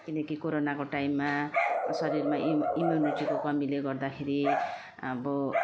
किनकि कोरोनाको टाइममा शरीरमा इम् इम्युनिटीको कमीले गर्दाखेरि अब